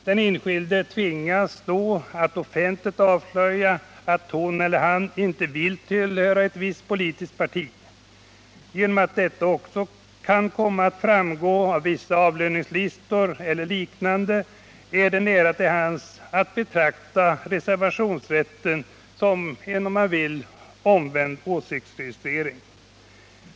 Den enskilde tvingas då att offentligt avslöja att hon eller han inte vill tillhöra ett visst politiskt parti. På grund av att detta också kan komma att framgå av vissa avlöningslistor eller liknande ligger det nära till hands att, om man så vill, betrakta reservationsrätten som en omvänd åsiktsregistrering.